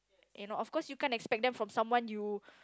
you know of course you can't expect them from someone you